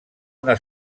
una